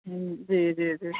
हूं जी जी जी